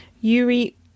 Yuri